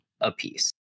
apiece